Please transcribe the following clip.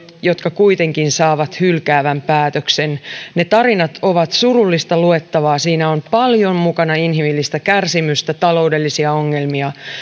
jotka kuitenkin saavat hylkäävän päätöksen ne tarinat ovat surullista luettavaa siinä on mukana paljon inhimillistä kärsimystä taloudellisia ongelmia